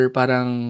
parang